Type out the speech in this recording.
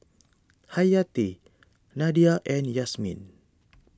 Hayati Nadia and Yasmin